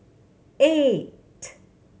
eight